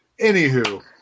anywho